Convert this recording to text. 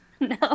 No